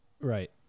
Right